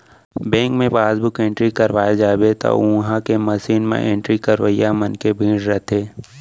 bank मे passbook entry करवाए जाबे त उहॉं के मसीन म एंट्री करवइया मन के भीड़ रथे